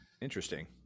Interesting